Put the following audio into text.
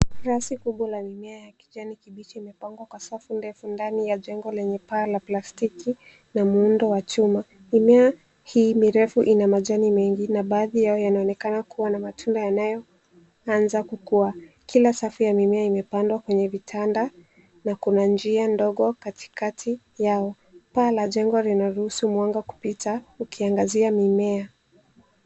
Nyasi kubwa ya mimea ya kijani kibichi imepangwa kwa safu ndefu ndani ya jengo lenye paa la plastiki, na muundo wa chuma. Mimea hii mirefu ina majani mengi, na baadhi yao yanaonekana kuwa na matunda yanayoanza kukua. Kila safu ya mimea imepandwa kwenye vitanda, na kuna njia ndogo katikati yao. Paa la jengo linaruhusu mwanga kupita, ukiangazia mimea.